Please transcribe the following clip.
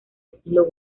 estilo